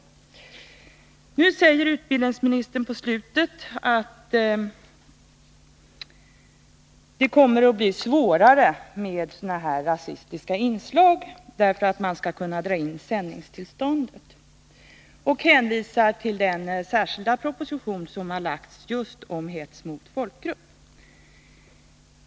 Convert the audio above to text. Islutet av sitt svar säger utbildningsministern att det kommer att bli svårare att sända rasistiska inslag i närradion — man skall då kunna dra in sändningstillståndet. Utbildningsministern hänvisar också till den särskilda proposition som framlagts om hets mot folkgrupp.